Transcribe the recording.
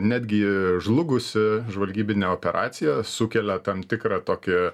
netgi žlugusi žvalgybinė operacija sukelia tam tikrą tokį